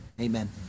amen